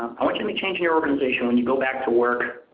i want you to make change in your organization when you go back to work.